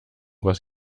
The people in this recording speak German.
was